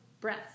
breath